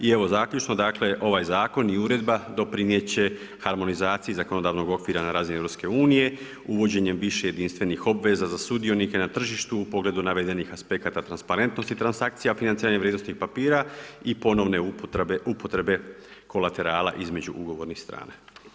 I evo zaključno, dakle, ovaj zakon i uredba doprinijet će harmonizaciji zakonodavnog okvira na razini Europske unije uvođenjem više jedinstvenih obveza za sudionike na tržištu u pogledu navedenih aspekata transparentnosti transakcija financiranja vrijednosnih papira i ponovne upotrebe kolaterala između ugovornih strana.